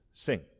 Sing